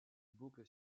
boucle